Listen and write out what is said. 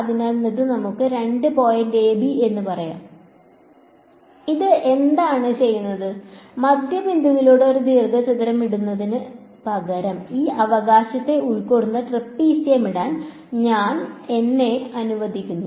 അതിനാൽ ഇത് നമുക്ക് 2 പോയിന്റ് a b എന്ന് പറയാം ഇത് എന്താണ് ചെയ്യുന്നത് മധ്യബിന്ദുവിലൂടെ ഒരു ദീർഘചതുരം ഇടുന്നതിന് പകരം ഈ അവകാശത്തെ ഉൾക്കൊള്ളുന്ന ട്രപീസിയം ഇടാൻ ഞാൻ എന്നെ അനുവദിക്കുന്നു